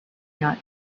not